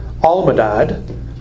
Almadad